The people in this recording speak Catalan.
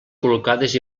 col·locades